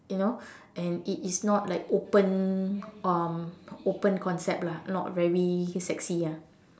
you know and it is not like open um open concept lah not very sexy ah